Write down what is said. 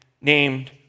named